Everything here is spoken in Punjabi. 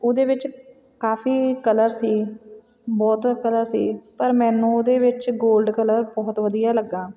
ਉਹਦੇ ਵਿੱਚ ਕਾਫੀ ਕਲਰ ਸੀ ਬਹੁਤ ਕਲਰ ਸੀ ਪਰ ਮੈਨੂੰ ਉਹਦੇ ਵਿੱਚ ਗੋਲਡ ਕਲਰ ਬਹੁਤ ਵਧੀਆ ਲੱਗਾ